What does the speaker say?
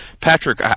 Patrick